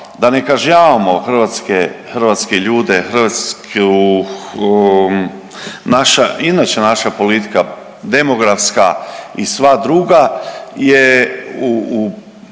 da ne kažnjavamo hrvatske, hrvatske ljude, hrvatsku, naša, inače naša politika demografska i sva druga je u